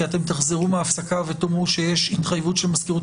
כי תחזרו מההפסקה ותאמרו שיש התחייבות של מזכירות